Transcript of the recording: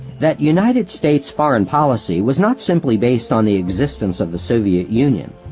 that united states foreign policy was not simply based on the existence of the soviet union,